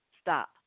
Stop